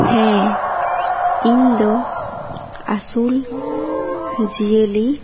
ᱦᱮᱸ ᱤᱧ ᱫᱚ ᱟᱹᱥᱩᱞ ᱡᱤᱭᱟᱹᱞᱤ